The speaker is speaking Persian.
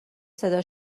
صدا